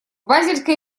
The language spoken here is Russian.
базельской